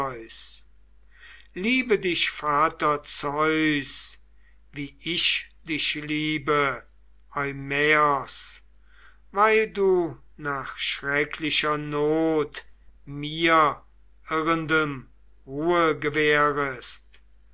liebe dich vater zeus wie ich dich hebe eumaios weil du nach schrecklicher not mir irrendem ruhe